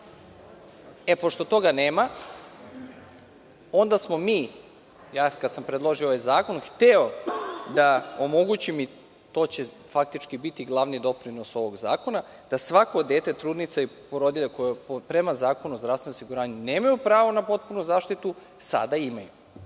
Pošto toga nema, onda smo mi, ja kada sam predložio ovaj zakon sam hteo to da omogućim i to će faktički biti glavni doprinos ovog zakona, da svako dete, trudnica i porodilja, koji prema Zakonu o zdravstvenom osiguranju nemaju pravo na potpunu zaštitu, sada imaju.